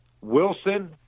Wilson